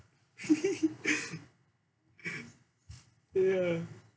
ya